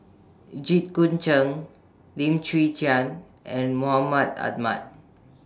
Jit Koon Ch'ng Lim Chwee Chian and Mahmud Ahmad